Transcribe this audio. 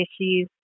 issues